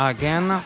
Again